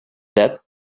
debt